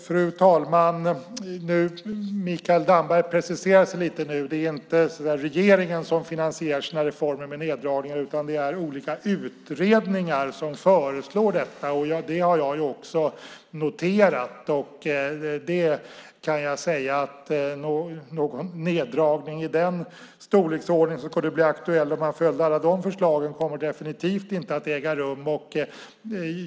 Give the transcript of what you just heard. Fru talman! Mikael Damberg preciserar sig lite nu. Det är inte regeringen som finansierar sina reformer med neddragningar, utan det är olika utredningar som föreslår detta. Det har även jag noterat, och jag kan säga att någon neddragning i den storleksordning som kunde bli aktuell om man följde alla de förslagen kommer definitivt inte att äga rum.